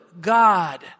God